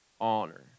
honor